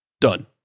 Done